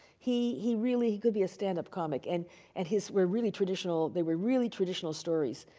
he he really, he could be a standup comic. and and his were really traditional, they were really traditional stories.